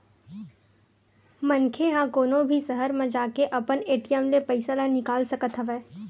मनखे ह कोनो भी सहर म जाके अपन ए.टी.एम ले पइसा ल निकाल सकत हवय